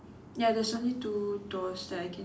ya there's only two doors that I can see